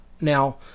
Now